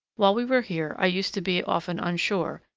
while we were here i used to be often on shore,